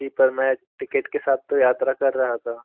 जी पर मैं टिकट के साथ तो यात्रा कर रहा था